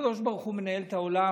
הקדוש ברוך הוא מנהל את העולם,